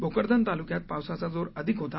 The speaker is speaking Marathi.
भोकरदन तालुक्यात पावसाचा जोर अधिक होता